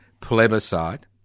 plebiscite